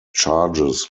charges